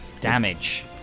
damage